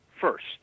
first